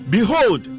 Behold